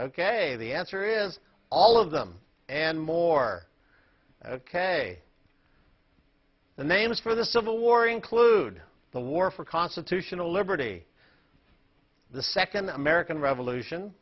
ok the answer is all of them and more ok the names for the civil war include the war for constitutional liberty the second american revolution